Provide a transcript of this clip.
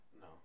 No